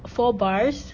four bars